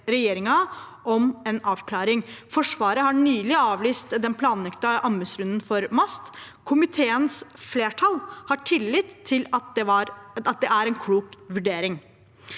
regjeringen om en avklaring. Forsvaret har nylig avlyst den planlagte anbudsrunden for MAST. Komiteens flertall har tillit til at det er en klok vurdering.